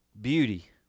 beauty